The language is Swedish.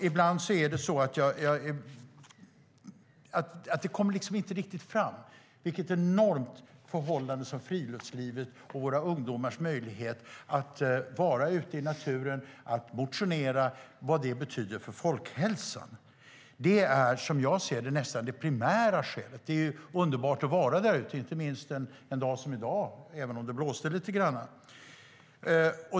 Ibland kommer det inte fram vilken enorm betydelse friluftslivet - ungdomars möjlighet att vara ute i naturen och att motionera - har för folkhälsan. Som jag ser det är folkhälsan det primära skälet. Det är underbart att vara ute i naturen, inte minst en dag som i dag även om det blåser lite grann.